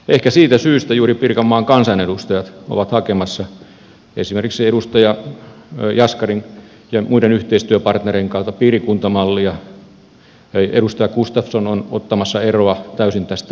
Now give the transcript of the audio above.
ehkä siitä syystä juuri pirkanmaan kansanedustajat ovat hakemassa muita malleja esimerkiksi edustaja jaskari muiden yhteistyöpartnerien kanssa piirikuntamallia ja edustaja gustafsson on ottamassa eroa täysin tästä pakkoliitosmallista